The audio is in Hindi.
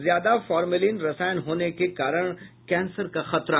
ज्यादा फार्मेलिन रसायन होने के कारण कैंसर का खतरा